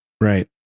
Right